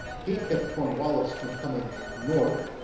he kept cornwallis from coming north,